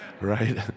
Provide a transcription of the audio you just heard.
right